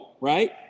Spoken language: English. right